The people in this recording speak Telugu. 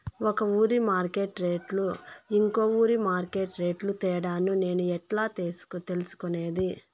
ఒక ఊరి మార్కెట్ రేట్లు ఇంకో ఊరి మార్కెట్ రేట్లు తేడాను నేను ఎట్లా తెలుసుకునేది?